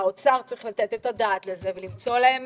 האוצר צריך לתת את הדעת על כך ולמצוא להם